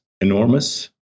enormous